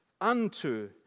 unto